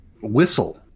Whistle